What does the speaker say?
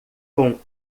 com